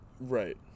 Right